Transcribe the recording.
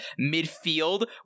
midfield